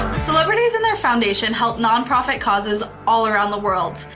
celebrities and their foundation help nonprofit causes all around the world.